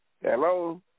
Hello